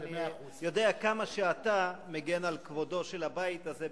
אני יודע כמה שאתה מגן על כבודו של הבית הזה,